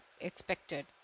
expected